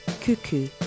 Cuckoo